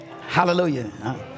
Hallelujah